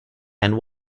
and